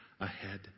ahead